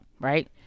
right